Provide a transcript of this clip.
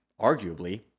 arguably